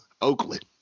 Oakland